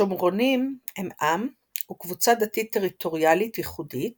שומרונים הם עם וקבוצה דתית-טריטוריאלית ייחודית